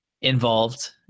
involved